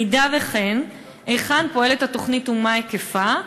אם כן, היכן פועלת התוכנית ומה היקפה?